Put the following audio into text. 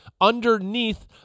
underneath